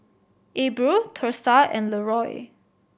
Abril Thursa and Leroy